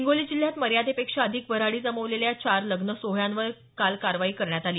हिंगोली जिल्ह्यात मर्यादेपेक्षा अधिक वऱ्हाडी जमवलेल्या चार लग्न सोहळ्यांवर काल कारवाई करण्यात आली